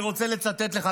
אני רוצה לצטט לך,